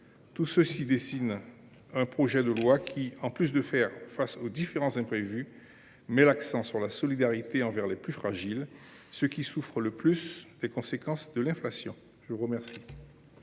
Tout cela dessine un projet de loi qui, en plus de faire face aux différents imprévus, met l’accent sur la solidarité envers les plus fragiles, ceux qui souffrent le plus des conséquences de l’inflation. La parole